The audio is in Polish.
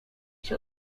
się